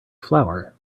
flower